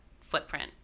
footprint